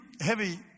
heavy